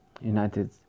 United